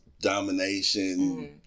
domination